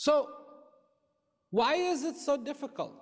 so why is it so difficult